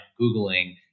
Googling